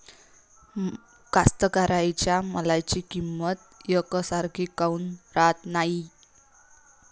कास्तकाराइच्या मालाची किंमत यकसारखी काऊन राहत नाई?